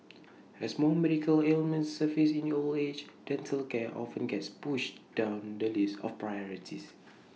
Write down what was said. as more medical ailments surface in old age dental care often gets pushed down the list of priorities